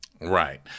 Right